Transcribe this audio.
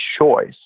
choice